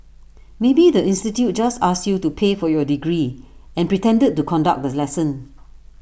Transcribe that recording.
maybe the institute just asked you to pay for your degree and pretended to conduct the lesson